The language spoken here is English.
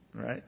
right